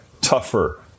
tougher